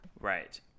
Right